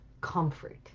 comfort